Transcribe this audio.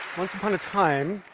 once upon a time,